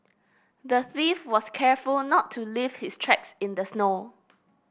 the thief was careful not to leave his tracks in the snow